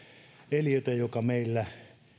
eliötä joka meillä